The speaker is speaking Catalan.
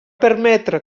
permetre